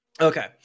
Okay